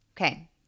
Okay